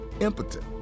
impotent